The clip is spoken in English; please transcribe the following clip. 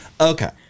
Okay